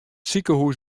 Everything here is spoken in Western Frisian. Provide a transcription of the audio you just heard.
sikehús